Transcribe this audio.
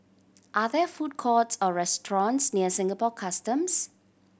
are there food courts or restaurants near Singapore Customs